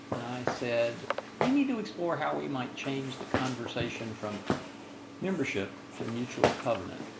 said we need to explore how we might change the conversation from membership to mutual covenant.